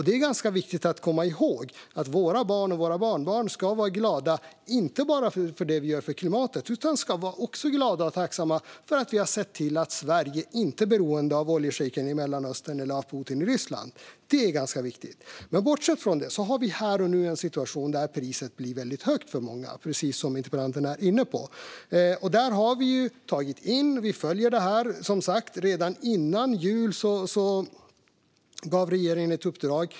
Det är ganska viktigt att komma ihåg att våra barn och barnbarn ska vara glada inte bara för det vi gör för klimatet. De ska också vara glada och tacksamma för att vi har sett till att Sverige inte är beroende av oljeschejker i Mellanöstern eller Putin i Ryssland. Det är ganska viktigt. Bortsett från det har vi här och nu en situation där priset blir väldigt högt för många, precis som interpellanten är inne på. Där har vi tagit in uppgifter. Vi följer detta. Redan innan jul gav regeringen ett uppdrag.